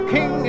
King